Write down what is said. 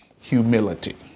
humility